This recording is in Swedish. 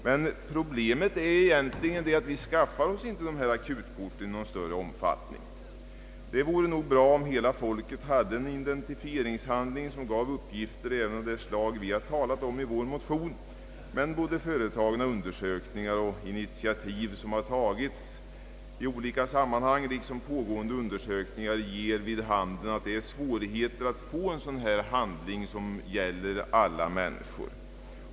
Men problemet är att vi inte skaffar oss detta akutkort i någon större omfattning. Det vore bra om hela folket hade en identifieringshandling som gav uppgifter även av det slag vi har talat om i vår motion, men både företagna undersökningar och initiativ liksom pågående undersökningar visar att svårigheterna är stora att få en sådan handling som gäller alla människor.